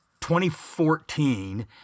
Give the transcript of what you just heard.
2014